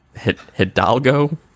Hidalgo